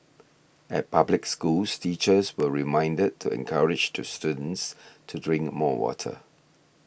at public schools teachers were reminded to encourage the students to drink more water